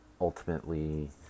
ultimately